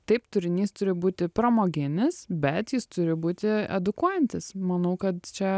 taip turinys turi būti pramoginis bet jis turi būti edukuojantis manau kad čia